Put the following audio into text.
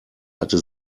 hatte